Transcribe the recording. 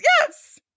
Yes